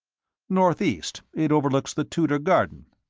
northeast. it overlooks the tudor garden.